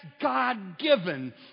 God-given